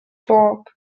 torque